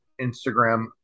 Instagram